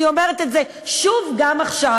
אני אומרת את זה שוב גם עכשיו.